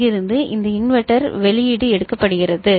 இங்கிருந்து இந்த இன்வெர்ட்டர் வெளியீடு எடுக்கப்படுகிறது